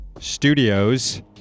Studios